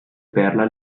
perla